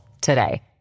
today